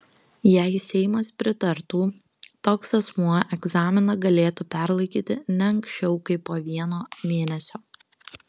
jei seimas pritartų toks asmuo egzaminą galėtų perlaikyti ne anksčiau kaip po vieno mėnesio